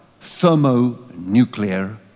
thermonuclear